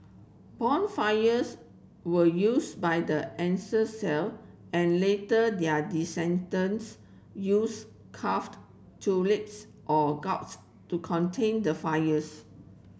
bonfires were used by the ancient Celt and later their descendants used carved turnips or gourds to contain the fires